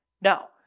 Now